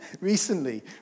Recently